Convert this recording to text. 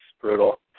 brutal